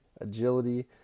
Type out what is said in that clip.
agility